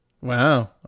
Wow